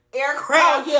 aircraft